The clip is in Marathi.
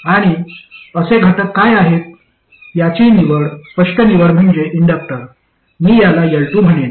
आणि असे घटक काय आहेत याची स्पष्ट निवड म्हणजे इंडक्टर मी याला L2 म्हणेल